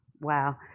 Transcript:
Wow